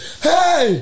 Hey